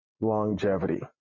longevity